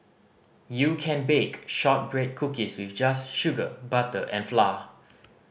you can bake shortbread cookies with just sugar butter and flour